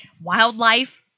wildlife